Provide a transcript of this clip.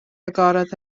agorodd